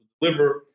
deliver